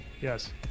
yes